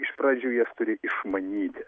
iš pradžių jas turi išmanyti